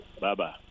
Bye-bye